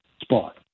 spot